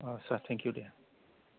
आदसा thank you Day